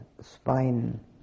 spine